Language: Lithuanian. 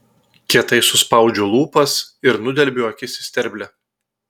kietai suspaudžiu lūpas ir nudelbiu akis į sterblę